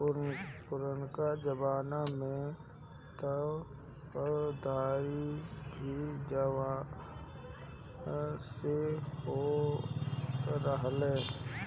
पुरनका जमाना में तअ दवरी भी जानवर से होत रहे